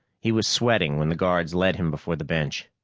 he was sweating when the guards led him before the bench.